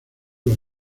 los